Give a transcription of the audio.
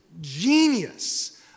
genius